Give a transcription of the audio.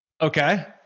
Okay